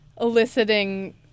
eliciting